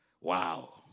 wow